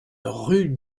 rue